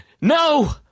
No